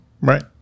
Right